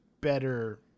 better